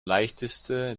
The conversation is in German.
leichteste